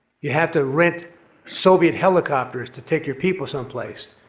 you have to rent soviet helicopters to take your people some place.